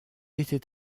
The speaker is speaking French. était